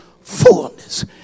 fullness